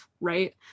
right